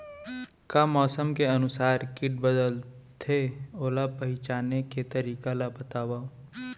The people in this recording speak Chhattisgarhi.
का मौसम के अनुसार किट बदलथे, ओला पहिचाने के तरीका ला बतावव?